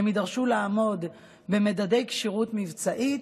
הם יידרשו לעמוד במדדי כשירות מבצעית,